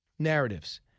narratives